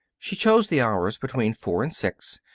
she chose the hours between four and six,